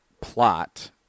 plot